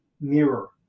mirror